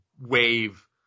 wave